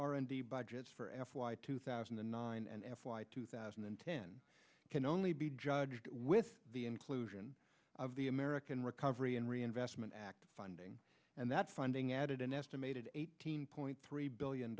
and d budgets for f y two thousand and nine and flight two thousand and ten can only be judged with the inclusion of the american recovery and reinvestment act funding and that funding added an estimated eighteen point three billion